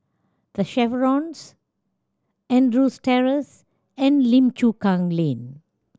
The Chevrons Andrews Terrace and Lim Chu Kang Lane